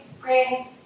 green